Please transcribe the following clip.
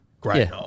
Great